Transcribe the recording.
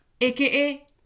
aka